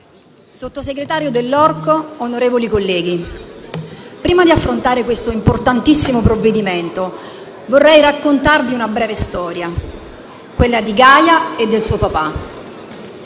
sottosegretario Dell'Orco, onorevoli colleghi, prima di affrontare questo importantissimo provvedimento, vorrei raccontarvi una breve storia: quella di Gaia e del suo papà.